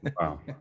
wow